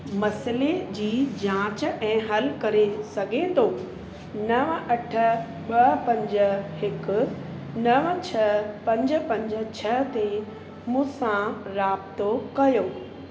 मसिले जी जांच ऐं हल करे सघे थो नव अठ ॿ पंज हिकु नव छह पंज पंज छह ते मूंसां राबितो कयो